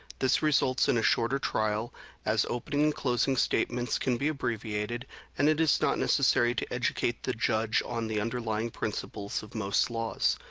this results in a shorter trial as opening and closing statements can be abbreviated and it is not necessary to educate the judge on the underlying principles of most laws.